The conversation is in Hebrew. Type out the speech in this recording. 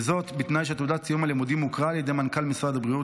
וזאת בתנאי שתעודת סיום הלימודים הוכרה על ידי מנכ"ל משרד הבריאות